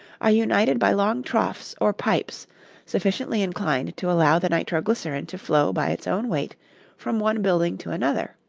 are united by long troughs or pipes sufficiently inclined to allow the nitroglycerin to flow by its own weight from one building to another,